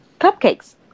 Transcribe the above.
cupcakes